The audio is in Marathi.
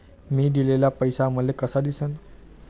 मी दिलेला पैसा मले कसा दिसन?